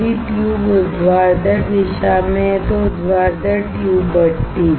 यदि ट्यूब ऊर्ध्वाधर दिशा में है तो ऊर्ध्वाधर ट्यूब भट्ठी